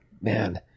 man